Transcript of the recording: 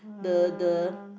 the the